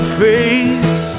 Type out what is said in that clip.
face